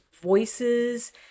voices